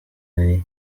way